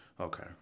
Okay